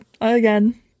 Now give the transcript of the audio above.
again